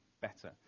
better